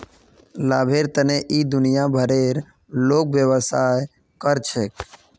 लाभेर तने इ दुनिया भरेर लोग व्यवसाय कर छेक